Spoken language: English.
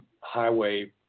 highway